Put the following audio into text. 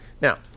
Now